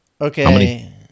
Okay